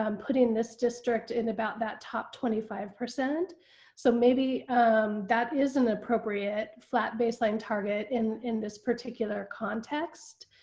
um putting this district in about that top twenty five percent so maybe that is an appropriate flat baseline target in in this particular context.